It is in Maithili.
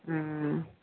हूँ